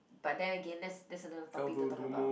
but then again that's that's another topic to talk about